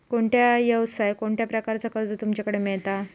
कोणत्या यवसाय कोणत्या प्रकारचा कर्ज तुमच्याकडे मेलता?